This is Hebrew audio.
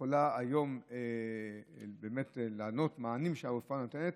יכולה באמת לתת, מענים שהרפואה נותנת.